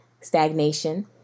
stagnation